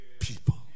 people